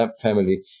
family